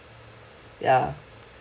ya